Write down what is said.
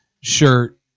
shirt